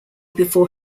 before